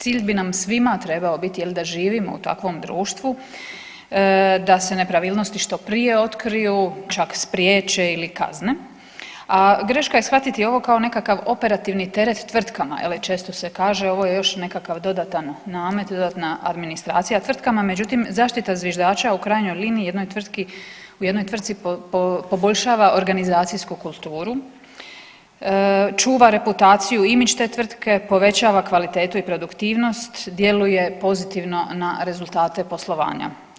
Cilj bi nam svima trebao biti, je li, da živimo u takvom društvu, da se nepravilnosti što prije otkriju, čak spriječe ili kazne, a greška je shvatiti ovo kao nekakav operativni teret tvrtkama, je li, često se kaže, ovo je još jedan dodatan namet, dodatna administracija tvrtkama, međutim zaštita zviždača u krajnjoj liniji, u jednoj tvrtci poboljšava organizacijsku kulturu, čuva reputaciju i imidž te tvrtke, povećava kvalitetu i produktivnost, djeluje pozitivno na rezultate poslovanja.